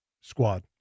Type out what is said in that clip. squad